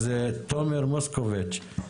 אז תומר מוסקוביץ',